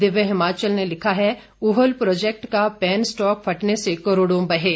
दिव्य हिमाचल ने लिखा है ऊहल प्रोजेक्ट का पैन स्टॉक फटने से करोड़ों बहे